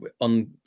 on